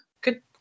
Good